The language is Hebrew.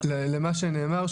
למה שנאמר,